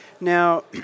Now